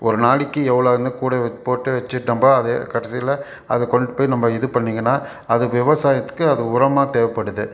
ஒரு நாளைக்கி எவ்வளோன்னு கூட வித்து போட்டு வச்சுட்டோம்பா அதே கடைசியில் அதை கொண்டுகிட்டு போய் நம்ப இது பண்ணிங்கனால் அது விவசாயத்துக்கு அது உரமாக தேவைப்படுது